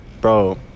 Bro